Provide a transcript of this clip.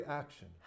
action